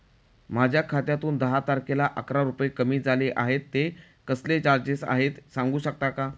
माझ्या खात्यातून दहा तारखेला अकरा रुपये कमी झाले आहेत ते कसले चार्जेस आहेत सांगू शकता का?